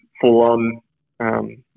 full-on